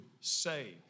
save